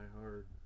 hard